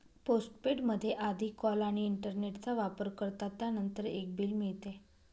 postpaid मध्ये आधी call आणि इंटरनेटचा वापर करतात, त्यानंतर एक बिल मिळते